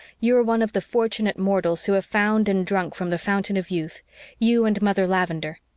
you are one of the fortunate mortals who have found and drunk from the fountain of youth you and mother lavendar.